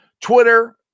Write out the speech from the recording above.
Twitter